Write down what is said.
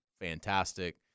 fantastic